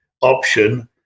option